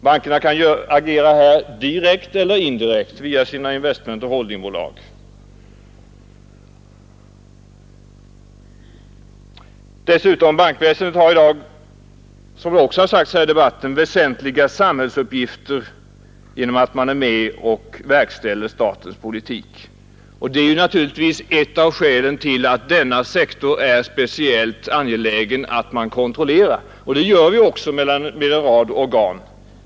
Bankerna kan agera här direkt eller indirekt genom investmenteller holdingbolag. Dessutom har bankväsendet i dag, något som också anförts här i debatten, väsentliga samhällsuppgifter genom att det är med och verkställer statens politik. Det är naturligtvis ett av skälen till att det är speciellt angeläget att denna sektor kontrolleras, och detta gör vi också genom en rad organ.